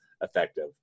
effective